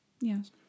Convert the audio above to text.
Yes